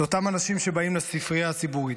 לאותם אנשים שבאים לספרייה הציבורית: